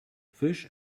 fish